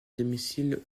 domicile